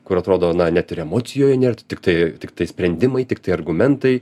kur atrodo na net ir emocijų nėr tiktai tiktai sprendimai tiktai argumentai